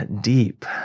deep